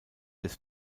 des